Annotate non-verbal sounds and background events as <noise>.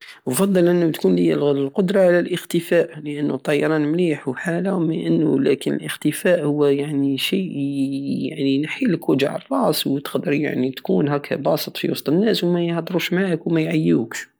نفضل ان تكون عندي القدرة على الختفاء لانو الطيران مليح وحالة ميانو- لكن الاختفاء يعني هو شيء يعني <hesitation> ينحيلك وجع الراس وتقدر يعني تكون هكا باسط في وسط الناس وميهدروش معاك وميعيوكش